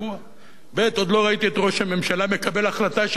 עוד לא ראיתי את ראש הממשלה מקבל החלטה שהיא בניגוד לסקרים.